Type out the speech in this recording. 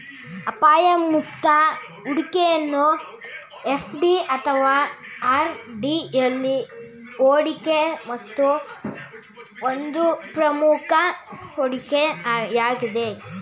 ಅಪಾಯ ಮುಕ್ತ ಹೂಡಿಕೆಯನ್ನು ಎಫ್.ಡಿ ಅಥವಾ ಆರ್.ಡಿ ಎಲ್ಲಿ ಹೂಡಿಕೆ ಮಾಡುವ ಒಂದು ಪ್ರಮುಖ ಹೂಡಿಕೆ ಯಾಗಿದೆ